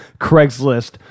Craigslist